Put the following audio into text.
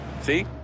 See